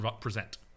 present